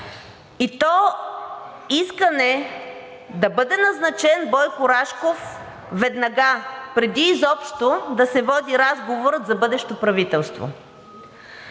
и то искане да бъде назначен Бойко Рашков веднага, преди изобщо да се води разговорът за бъдещо правителство.